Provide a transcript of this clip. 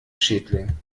schädling